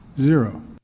zero